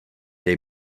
dej